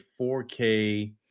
4K